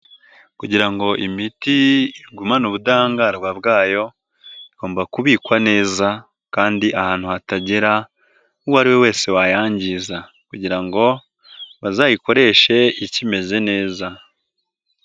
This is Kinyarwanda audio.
Kugira ngo imiti igumane ubudahangarwa bwayo igomba kubikwa neza kandi ahantu hatagerau uwo ari we wese wayangiza kugira ngo bazayikoreshe ikimeze neza.